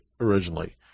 originally